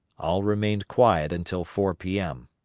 all remained quiet until four p m.